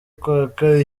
kwaka